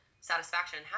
satisfaction